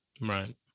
Right